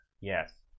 Yes